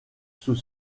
sous